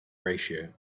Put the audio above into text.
ratio